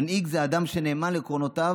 מנהיג זה אדם שנאמן לעקרונותיו,